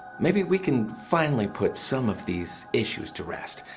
maybe we can finally put some of these issues to rest.